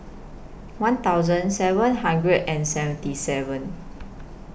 one thousand seven hundred and seventy seven